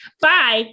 bye